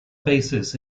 basis